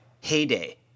Heyday